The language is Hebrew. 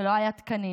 ולא היו תקנים,